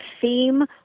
theme